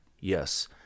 Yes